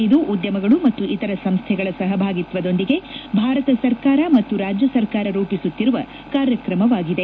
ಇದು ಉದ್ಯಮಗಳು ಮತ್ತು ಇತರ ಸಂಸ್ದೆಗಳ ಸಹಭಾಗಿತ್ವದೊಂದಿಗೆ ಭಾರತ ಸರ್ಕಾರ ಮತ್ತು ರಾಜ್ಯ ಸರ್ಕಾರ ರೂಪಿಸುತ್ತಿರುವ ಕಾರ್ಯಕ್ರಮಗಳಾಗಿವೆ